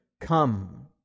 come